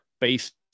based